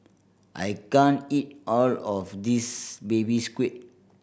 I can't eat all of this Baby Squid